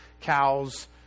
cows